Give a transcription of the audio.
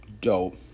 dope